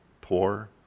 poor